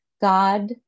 God